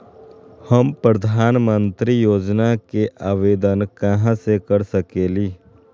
हम प्रधानमंत्री योजना के आवेदन कहा से कर सकेली?